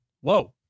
Whoa